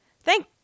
thank